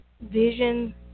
vision